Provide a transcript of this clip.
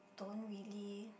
don't really